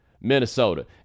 minnesota